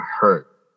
hurt